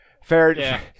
fair